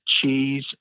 cheese